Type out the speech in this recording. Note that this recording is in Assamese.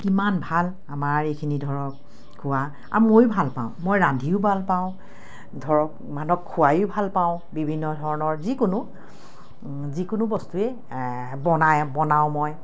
কিমান ভাল আমাৰ এইখিনি ধৰক খোৱা আৰু ময়ো ভাল পাওঁ মই ৰান্ধিও ভাল পাওঁ ধৰক মানুহক খোৱাইয়ো ভাল পাওঁ বিভিন্ন ধৰণৰ যিকোনো যিকোনো বস্তুৱে বনাই বনাওঁ মই